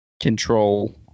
control